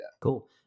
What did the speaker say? cool